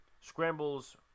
scrambles